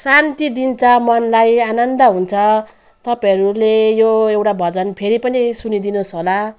शान्ति दिन्छ मनलाई आनन्द हुन्छ तपाईँहरूले यो एउटा भजन फेरि पनि सुनिदिनु होस् होला